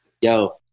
yo